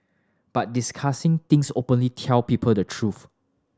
but discussing things openly tell people the truth